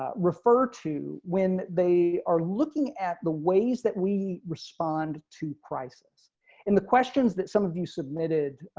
ah referred to when they are looking at the ways that we respond to crisis and the questions that some of you submitted.